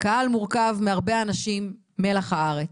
הקהל מורכב מהרבה אנשים, מלח הארץ,